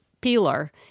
peeler